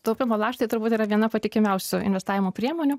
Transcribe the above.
taupymo lakštai turbūt yra viena patikimiausių investavimo priemonių